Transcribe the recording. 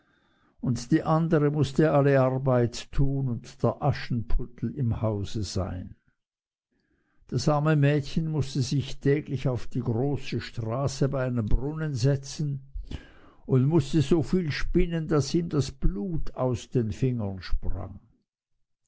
und die andere mußte alle arbeit tun und der aschenputtel im hause sein das arme mädchen mußte sich täglich auf die große straße bei einem brunnen setzen und mußte so viel spinnen daß ihm das blut aus den fingern sprang